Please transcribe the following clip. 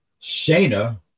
Shayna